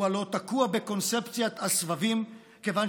הוא הלוא תקוע בקונספציית הסבבים כיוון